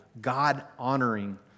God-honoring